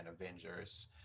Avengers